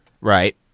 Right